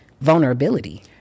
vulnerability